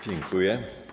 Dziękuję.